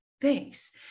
Thanks